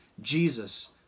jesus